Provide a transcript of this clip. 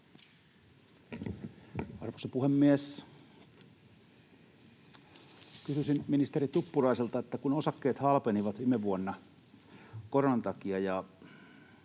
Arvoisa puhemies! Kysyisin ministeri Tuppuraiselta: kun osakkeet halpenivat viime vuonna koronan takia,